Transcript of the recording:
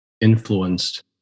influenced